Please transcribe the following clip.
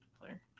player